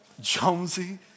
Jonesy